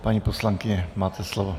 Paní poslankyně, máte slovo.